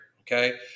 Okay